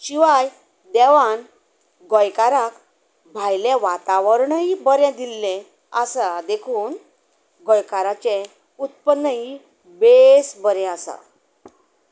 शिवाय देवान गोंयकारांक भायलें वातावरणय बरें दिल्लें आसा देखून गोंयकारांचें उत्पन्नय बेस बरें आसा